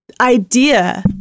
idea